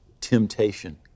temptation